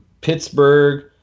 Pittsburgh